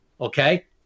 okay